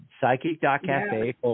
psychic.cafe